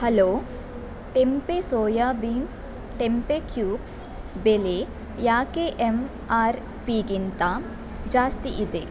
hello tempeh soybean tempeh cubes ಬೆಲೆ ಯಾಕೆ M R ಪಿಗಿಂತ ಜಾಸ್ತಿ ಇದೆ